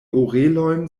orelojn